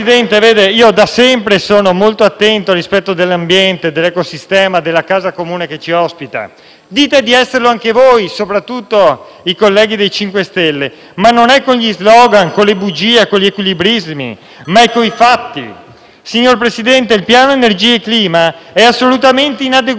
Dite di esserlo anche voi, soprattutto i colleghi del MoVimento 5 Stelle, ma non è con gli *slogan*, con le bugie e con gli equilibrismi che lo si dimostra, ma con i fatti. Signor Presidente, il piano energia e clima è assolutamente inadeguato per 10.000 motivi e, quando avremo la grazia di discuterne qui o almeno in Commissione, vi spiegheremo perché.